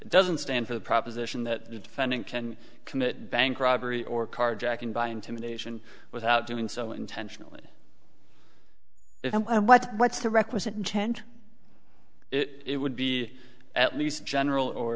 doesn't stand for the proposition that offending can commit bank robbery or carjacking by intimidation without doing so intentionally and what what's the requisite intent it would be at least general or